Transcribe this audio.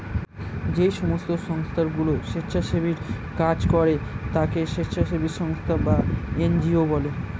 যেই সমস্ত সংস্থাগুলো স্বেচ্ছাসেবীর কাজ করে তাকে স্বেচ্ছাসেবী সংস্থা বা এন জি ও বলে